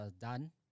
done